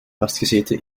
vastgezeten